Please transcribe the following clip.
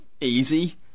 easy